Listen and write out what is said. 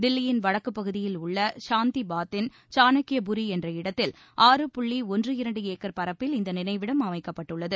தில்லியின் வடக்குப்பகுதியில் உள்ள சாந்தி பாத் தின் சாணக்கியபுரி என்ற இடத்தில் ஆறு புள்ளி ஒன்று இரண்டு ஏக்கர் பரப்பில் இந்த நினைவிடம் அமைக்கப்பட்டுள்ளது